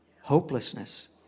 hopelessness